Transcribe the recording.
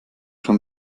schon